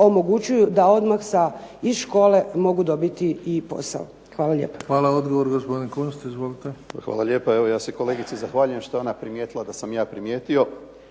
omogućuju da odmah iz škole mogu dobiti i posao. Hvala lijepa. **Bebić, Luka (HDZ)** Hvala. Odgovor gospodin Kunst. Izvolite. **Kunst, Boris (HDZ)** Hvala lijepa. Evo ja se i kolegici zahvaljujem što je ona primijetila da sam ja primijetio.